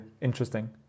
interesting